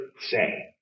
say